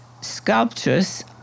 sculptures